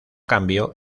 cambio